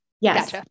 Yes